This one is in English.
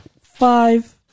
Five